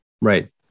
Right